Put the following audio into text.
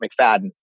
McFadden